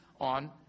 on